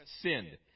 sinned